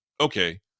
okay